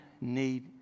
need